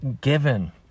given